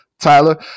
Tyler